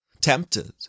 tempted